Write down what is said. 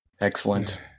Excellent